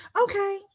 Okay